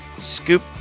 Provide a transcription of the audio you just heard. Scoop